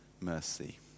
mercy